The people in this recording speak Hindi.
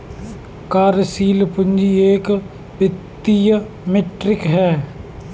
कार्यशील पूंजी एक वित्तीय मीट्रिक है